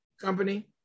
company